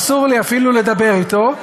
אסור לי אפילו לדבר אתו,